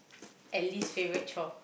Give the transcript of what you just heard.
and least favourite chore